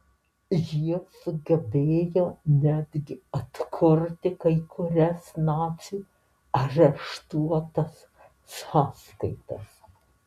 jie sugebėjo netgi atkurti kai kurias nacių areštuotas sąskaitas